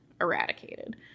eradicated